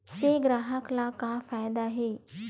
से ग्राहक ला का फ़ायदा हे?